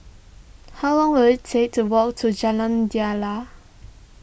how long will it take to walk to Jalan Daliah